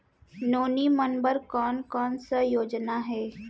नोनी मन बर कोन कोन स योजना हे?